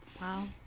Wow